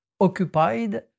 occupied